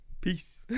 Peace